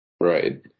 Right